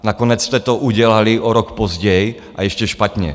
Nakonec jste to udělali o rok později, a ještě špatně.